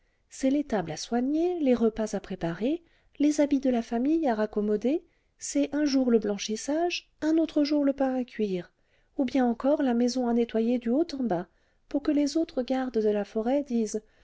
c'est l'étable à soigner les repas à préparer les habits de la famille à raccommoder c'est un jour le blanchissage un autre jour le pain à cuire ou bien encore la maison à nettoyer du haut en bas pour que les autres gardes de la forêt disent